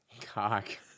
Cock